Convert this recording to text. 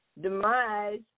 Demise